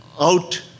out